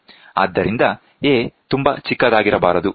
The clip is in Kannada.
ಆದ್ದರಿಂದ a ತುಂಬಾ ಚಿಕ್ಕದಾಗಿರಬಾರದು